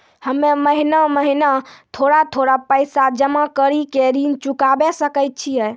हम्मे महीना महीना थोड़ा थोड़ा पैसा जमा कड़ी के ऋण चुकाबै सकय छियै?